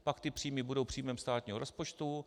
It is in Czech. Pak ty příjmy budou příjmem státního rozpočtu.